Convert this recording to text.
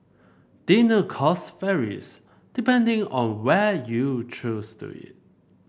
dinner cost varies depending on where you choose to eat